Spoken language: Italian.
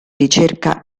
ricerca